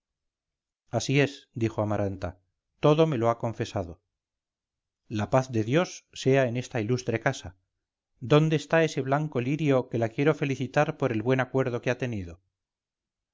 así es dijo amaranta todo me lo ha confesado la paz de dios sea en esta ilustre casa dónde está ese blanco lirio que la quiero felicitar por el buen acuerdo que ha tenido